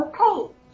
okay